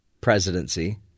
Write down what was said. presidency